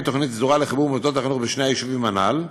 תוכנית סדורה לחיבור מוסדות החינוך בשני היישובים הנ"ל,